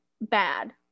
bad